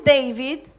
David